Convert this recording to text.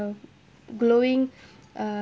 uh glowing uh